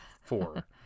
Four